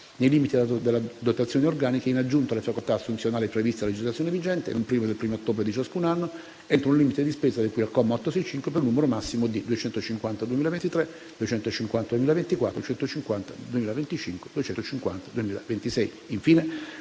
nel limite della dotazione organica, in aggiunta alle facoltà assunzionali previste a legislazione vigente, non prima del 1° ottobre di ciascun anno, entro il limite di spesa di cui al comma 865 e per un numero massimo di 250 unità per l'anno 2023, 250 unità